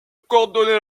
coordonner